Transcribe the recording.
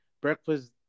breakfast